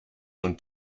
und